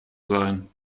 sein